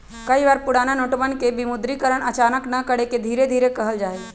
कई बार पुराना नोटवन के विमुद्रीकरण अचानक न करके धीरे धीरे कइल जाहई